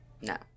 no